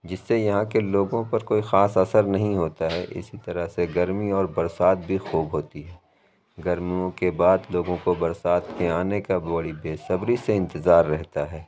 جس سے یہاں کے لوگوں پر کوئی خاص اثر نہیں ہوتا ہے اِسی طرح سے گرمی اور برسات بھی خوب ہوتی ہے گرمیوں کے بعد لوگوں کو برسات کے آنے کا بڑی بے صبری سے انتظار رہتا ہے